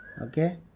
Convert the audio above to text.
okay